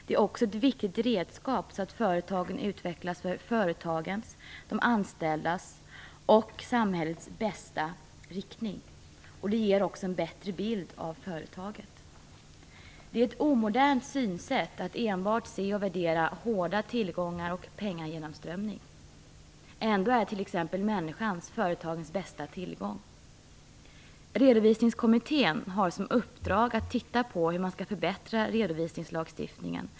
De är också viktiga redskap för företagen att utvecklas i den riktning som är den bästa för företagen, de anställda och samhället, och ger dessutom en bättre bild av företaget. Det är ett omodernt synsätt att enbart se och värdera hårda tillgångar och pengagenomströmning. Ändå är människan företagens bästa tillgång. Redovisningskommittén har i uppdrag att titta på hur man skall förbättra redovisningslagstiftningen.